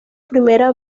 primera